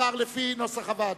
חברת הכנסת אדטו,